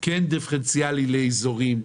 כן דיפרנציאלי לאזורים,